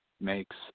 makes